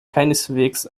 keineswegs